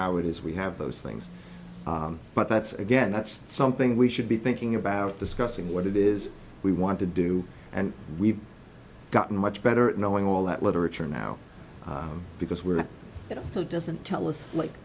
how it is we have those things but that's again that's something we should be thinking about discussing what it is we want to do and we've gotten much better at knowing all that literature now because where it also doesn't tell us like